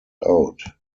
out